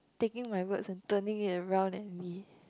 taking my words and turning it around at me